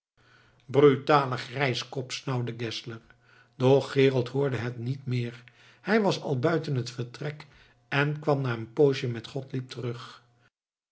brutale grijskop snauwde geszler doch gerold hoorde het niet meer hij was al buiten het vertrek en kwam na een poosje met gottlieb terug